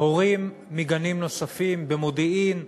הורים מגנים נוספים, במודיעין,